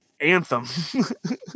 anthem